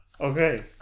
Okay